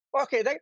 Okay